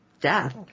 death